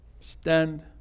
stand